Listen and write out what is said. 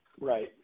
Right